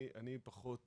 אני פחות